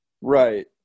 Right